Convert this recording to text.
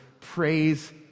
praise